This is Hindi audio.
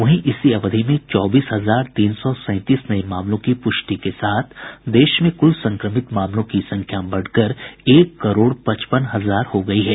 वहीं इसी अवधि में चौबीस हजार तीन सौ सैंतीस नए मामलों की पुष्टि के साथ देश में कुल संक्रमित मामलों की संख्या बढ़कर एक करोड़ पचपन हजार हो गई है